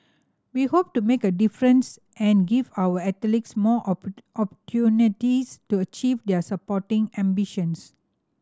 we hope to make a difference and give our athletes more opportunities to achieve their sporting ambitions